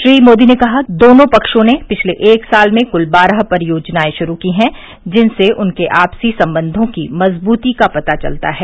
श्री मोदी ने कहा कि दोनों पक्षों ने पिछले एक साल में कुल बारह परियोजनाएं शुरू की हैं जिनसे उनके आपसी संबंधों की मजबूती का पता चलता है